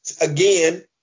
again